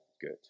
good